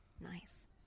nice